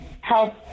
help